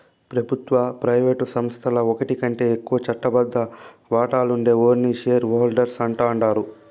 పెబుత్వ, ప్రైవేటు సంస్థల్ల ఓటికంటే ఎక్కువ చట్టబద్ద వాటాలుండే ఓర్ని షేర్ హోల్డర్స్ అంటాండారు